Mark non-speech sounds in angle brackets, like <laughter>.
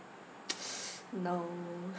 <breath> no